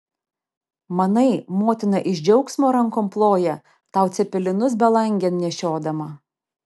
manai motina iš džiaugsmo rankom ploja tau cepelinus belangėn nešiodama